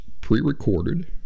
pre-recorded